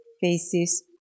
faces